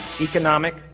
economic